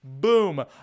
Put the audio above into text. Boom